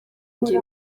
njye